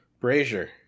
Brazier